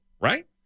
right